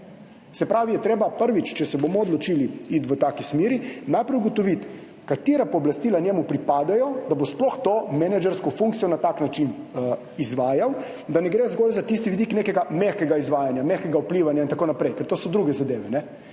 Se pravi, prvič, če se bomo odločili iti v tako smer, je treba najprej ugotoviti, katera pooblastila njemu pripadajo, da bo sploh to menedžersko funkcijo na tak način izvajal, da ne gre zgolj za tisti vidik nekega mehkega izvajanja, mehkega vplivanja in tako naprej, ker to so druge zadeve.